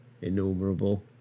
innumerable